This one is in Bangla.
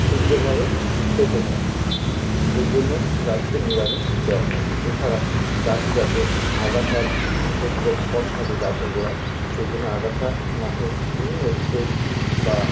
সুন্দরভাবে পেতে পারে এই জন্য গাছকে নিড়ানি দেওয়া হয় এছাড়া গাছে যাতে আগাছার উপদ্রব কম থাকে গাছের গোড়ায় সেই জন্য আগাছানাশক বিভিন্ন স্প্রে বা